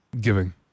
giving